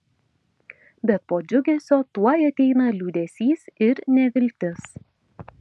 bet po džiugesio tuoj ateina liūdesys ir neviltis